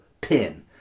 pin